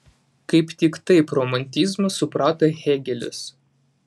kaip tik taip romantizmą suprato hėgelis